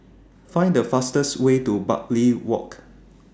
Find The fastest Way to Bartley Walk